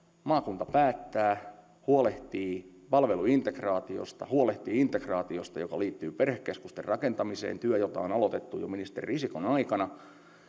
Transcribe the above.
maakunta päättää huolehtii palveluintegraatiosta huolehtii integraatiosta joka liittyy perhekeskusten rakentamiseen työ jota on aloitettu jo ministeri risikon aikana